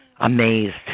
amazed